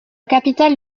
capitale